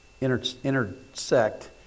intersect